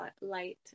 light